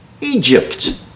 Egypt